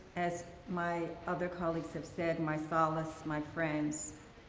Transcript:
as my other colleagues have said, my solace, my friends.